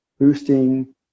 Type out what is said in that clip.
boosting